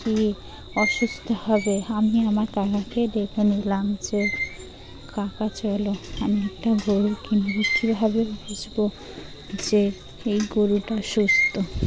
কী অসুস্থ হবে আমি আমার কাকাকে দেখে নিলাম যে কাকা চলো আমি একটা গরু কিনবো কীভাবে বুঝবো যে এই গরুটা সুস্থ